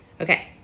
Okay